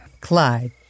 Clyde